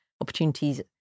opportunities